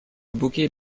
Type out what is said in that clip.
bouquet